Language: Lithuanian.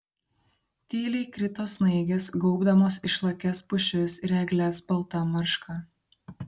tyliai krito snaigės gaubdamos išlakias pušis ir egles balta marška